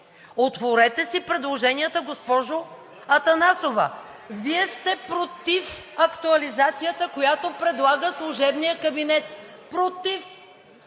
Отворете си предложенията, госпожо Атанасова. Вие сте против актуализацията, която предлага служебният кабинет. Против!